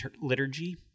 liturgy